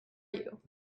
you